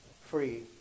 free